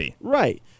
Right